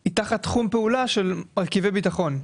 היא תחת תחום פעולה של מרכיבי ביטחון.